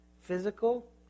physical